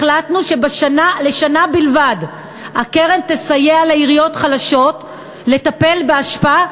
החלטנו שלשנה בלבד הקרן תסייע לעיריות חלשות לטפל באשפה,